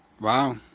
Wow